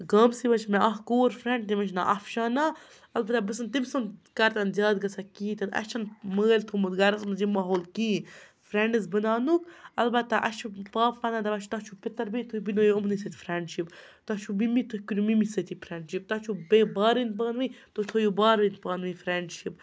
گامسٕے منٛز چھِ مےٚ اَکھ کوٗر فرٛٮ۪نٛڈ تٔمِس چھِ ناو اَفشانہ البتہ بہٕ چھَس نہٕ تٔمۍ سُنٛد گَرٕ نہٕ زیادٕ گژھان کِہیٖنۍ تہِ نہٕ اَسہِ چھِنہٕ مٲلۍ تھوٚمُت گَرَس منٛز یہِ ماحول کِہیٖنۍ فرٛٮ۪نٛڈٕز بَناوُک البتہ اَسہِ چھُ پاپہٕ وَنان دَپان چھُ تۄہہِ چھُ پِتٕر بیٚنہِ تُہۍ بَنٲیِو أمنٕے سۭتۍ فرٛٮ۪نڈشِپ تۄہہِ چھُ مِمی تُہۍ کٔرِو مِمی سۭتی فرٛٮ۪نٛڈشِپ تۄہہِ چھُ بٔے بارٕنۍ پانہٕ ؤنۍ تُہۍ تھٲیِو بارٕںۍ پانہٕ ؤنۍ فرٛٮ۪نٛڈشِپ